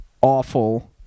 awful